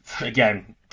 again